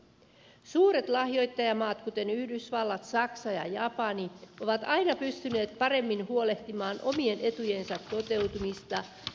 suuret lahjoittajamaat kuten yhdysvallat saksa ja japani ovat aina pystyneet paremmin huolehtimaan omien etujensa toteutumisesta